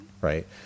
right